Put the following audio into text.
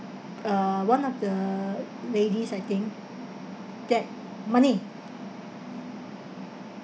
uh one of the ladies I think that money